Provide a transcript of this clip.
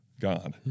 God